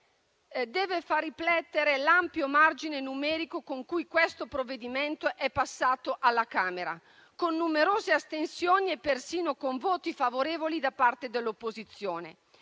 Deve far riflettere l'ampio margine numerico con cui questo provvedimento è passato alla Camera, con numerose astensioni e persino con voti favorevoli da parte dell'opposizione.